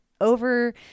over